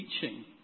teaching